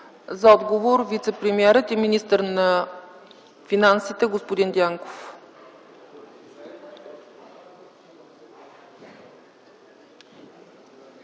има думата вицепремиерът и министър на финансите господин Дянков.